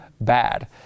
bad